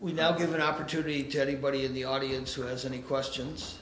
we now give an opportunity to anybody in the audience who has any questions